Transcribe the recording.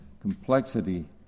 complexity